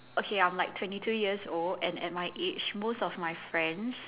okay I'm like twenty two years old and and at my age most of my friends